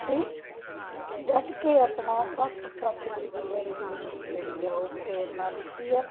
ਅਤੇ ਡਟ ਕੇ ਆਪਣਾ ਹੱਕ ਸੱਚ ਲਈ ਜੀਵਨ ਜੀਣ ਦੀ ਜਿਹੜੀ ਆ ਉਹ ਪ੍ਰੇਰਨਾ ਦਿੱਤੀ ਹੈ